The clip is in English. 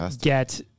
get